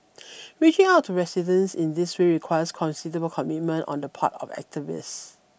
reaching out to residents in these requires considerable commitment on the part of activists